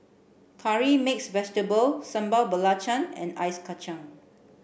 curry mixed vegetable sambal belacan and ice kacang